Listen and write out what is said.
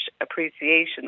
appreciation